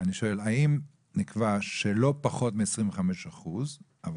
אלא שואל את המציעות אם נקבע שלא פחות מ-25 אחוזים אבל